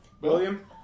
William